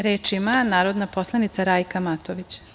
Reč ima narodna poslanica Rajka Matović.